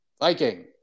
Viking